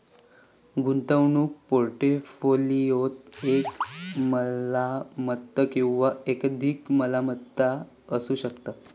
गुंतवणूक पोर्टफोलिओत एक मालमत्ता किंवा एकाधिक मालमत्ता असू शकता